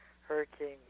hurricane